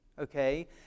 okay